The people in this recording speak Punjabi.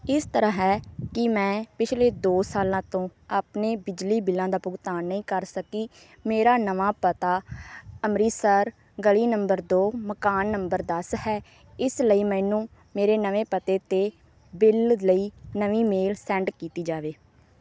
ਇਸ ਤਰ੍ਹਾਂ ਹੈ ਕਿ ਮੈਂ ਪਿਛਲੇ ਦੋ ਸਾਲਾਂ ਤੋਂ ਆਪਣੇ ਬਿਜਲੀ ਬਿੱਲਾਂ ਦਾ ਭੁਗਤਾਨ ਨਹੀਂ ਕਰ ਸਕੀ ਮੇਰਾ ਨਵਾਂ ਪਤਾ ਅੰਮ੍ਰਿਤਸਰ ਗਲੀ ਨੰਬਰ ਦੋ ਮਕਾਨ ਨੰਬਰ ਦਸ ਹੈ ਇਸ ਲਈ ਮੈਨੂੰ ਮੇਰੇ ਨਵੇਂ ਪਤੇ ਬਿੱਲ ਲਈ ਨਵੀਂ ਮੇਲ ਸੈਂਡ ਕੀਤੀ ਜਾਵੇ